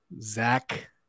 Zach